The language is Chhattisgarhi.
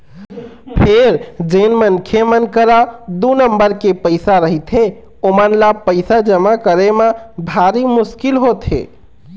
फेर जेन मनखे मन करा दू नंबर के पइसा रहिथे ओमन ल पइसा जमा करे म भारी मुसकिल होथे